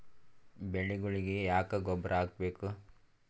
ಬೆಳಿಗೊಳಿಗಿ ಯಾಕ ಗೊಬ್ಬರ ಹಾಕಬೇಕು?